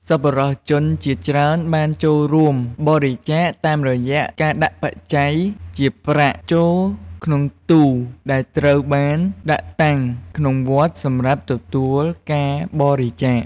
សប្បុរសជនជាច្រើនបានចូលរួមបរិច្ចាគតាមរយៈការដាក់បច្ច័យជាប្រាក់ ចូលក្នុងទូរដែលត្រូវបានដាក់តាំងក្នុងវត្តសម្រាប់ទទួលការបរិច្ចាគ។